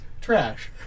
trash